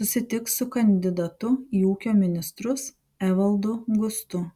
susitiks su kandidatu į ūkio ministrus evaldu gustu